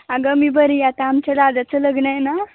अगं मी बरी आहे आता आमच्या दादाचं लग्न आहे ना